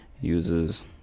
uses